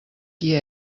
qui